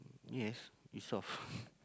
yes we solve